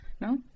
No